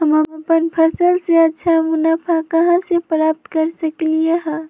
हम अपन फसल से अच्छा मुनाफा कहाँ से प्राप्त कर सकलियै ह?